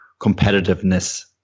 competitiveness